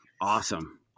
awesome